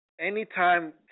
Anytime